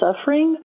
suffering